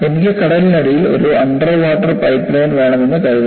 എനിക്ക് കടലിനടിയിൽ ഒരു അണ്ടർവാട്ടർ പൈപ്പ്ലൈൻ വേണമെന്ന് കരുതുക